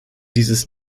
dieses